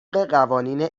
قوانین